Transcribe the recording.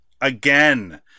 again